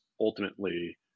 ultimately